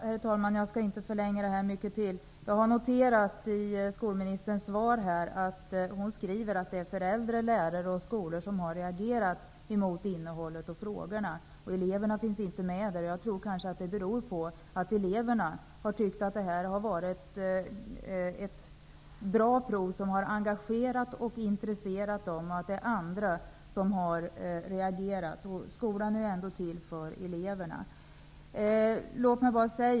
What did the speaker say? Herr talman! Jag skall inte förlänga den här debatten så mycket till. Jag har i skolministerns svar noterat att det är föräldrar, lärare och skolor som har reagerat på innehållet och frågorna i standardprovet. Eleverna finns dock inte med. Jag tror att det kan bero på att eleverna har tyckt att det har varit ett bra prov, som har engagerat och intresserat dem, medan det är andra som har reagerat. Skolan är ju ändå till för eleverna.